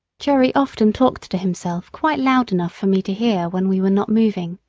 jerry often talked to himself quite loud enough for me to hear when we were not moving.